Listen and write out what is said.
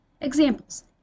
Examples